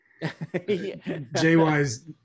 jy's